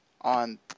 on